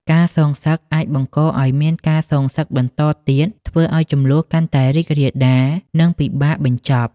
ការសងសឹកអាចបង្កឲ្យមានការសងសឹកបន្តទៀត ធ្វើឲ្យជម្លោះកាន់តែរីករាលដាល និងពិបាកបញ្ចប់។